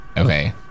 Okay